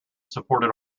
supported